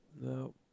No